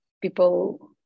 people